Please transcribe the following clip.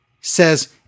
says